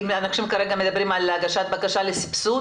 אם אנשים כרגע מדברים על הגשת בקשה לסבסוד,